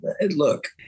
Look